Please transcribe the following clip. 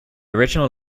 original